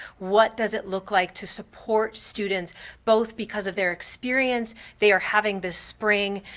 what does it look like to support students both because of their experience they are having this spring,